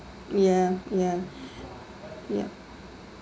ya ya ya